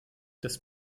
das